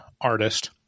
artist